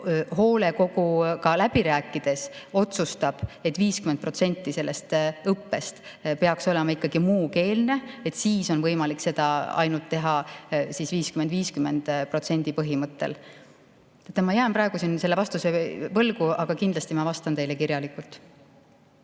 hoolekoguga läbi rääkides otsustab, et 50% sellest õppest peaks olema ikkagi muukeelne, siis on võimalik seda ainult teha 50 : 50 põhimõttel. Ma jään praegu vastuse võlgu, aga kindlasti ma vastan teile kirjalikult.